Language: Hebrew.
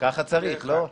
ככה צריך, לא?